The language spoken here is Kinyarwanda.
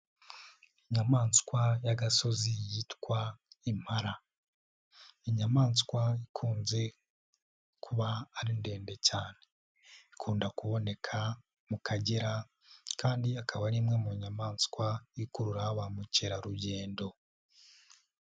Inyamaswa y'agasozi yitwa impara, iyi nyamaswa ikunze kuba ari ndende cyane, ikunda kuboneka mu Kagera kandi akaba ari imwe mu nyamaswa ikurura ba mukerarugendo.